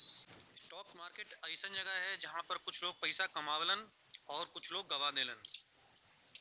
stock market एक अइसन जगह हौ जहां पर कुछ लोग पइसा कमालन आउर कुछ लोग गवा देलन